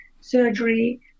surgery